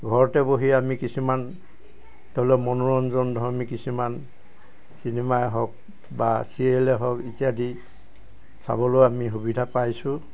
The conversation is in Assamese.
ঘৰতে বহি আমি কিছুমান ধৰি লওক মনোৰঞ্জনধৰ্মী কিছুমান চিনেমাই হওক বা ছিৰিয়েলেই হওক ইত্যাদি চাবলৈ আমি সুবিধা পাইছোঁ